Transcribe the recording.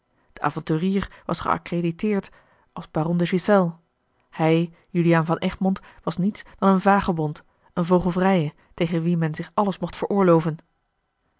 de avonturier was geaccrediteerd als baron de ghiselles hij juliaan van egmond was niets dan een vagebond een vogelvrije tegen wien men zich alles mocht veroorlooven